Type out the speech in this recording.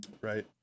Right